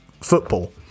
football